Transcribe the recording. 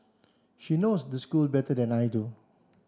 she knows the school better than I do